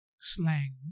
slang